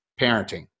parenting